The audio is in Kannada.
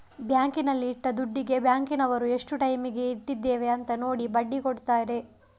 ಬ್ಯಾಂಕಿನಲ್ಲಿ ಇಟ್ಟ ದುಡ್ಡಿಗೆ ಬ್ಯಾಂಕಿನವರು ಎಷ್ಟು ಟೈಮಿಗೆ ಇಟ್ಟಿದ್ದೇವೆ ಅಂತ ನೋಡಿ ಬಡ್ಡಿ ಕೊಡ್ತಾರೆ